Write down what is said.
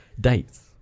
dates